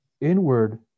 inward